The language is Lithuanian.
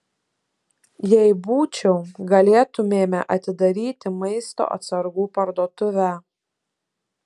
jei būčiau galėtumėme atidaryti maisto atsargų parduotuvę